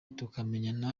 tukamenyana